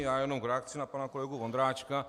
Já jenom v reakci na pana kolegu Vondráčka.